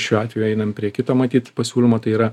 šiuo atveju einam prie kito matyt pasiūlymo tai yra